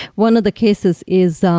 one of the cases is um